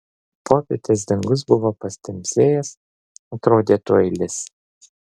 popietės dangus buvo patamsėjęs atrodė tuoj lis